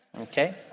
okay